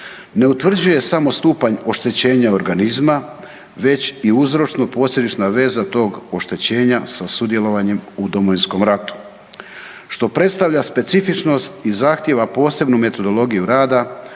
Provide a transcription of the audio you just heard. ne utvrđuje samo stupanj oštećenja organizma već i uzročno-posljedična veza tog oštećenja sa sudjelovanjem u Domovinskom ratu što predstavlja za specifičnost i zahtijeva posebnu metodologiju rada